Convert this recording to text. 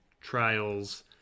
trials